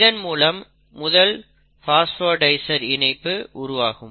இதன் மூலம் முதல் பாஸ்போடைஸ்டர் இணைப்பு உருவாகும்